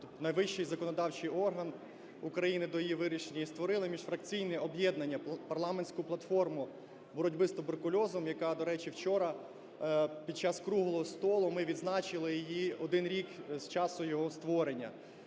найвищий законодавчий орган України, до її вирішення і створили міжфракційне об'єднання "Парламентську платформу боротьби з туберкульозом", яка, до речі, вчора під час круглого столу, ми відзначили її, один рік з часу його створення.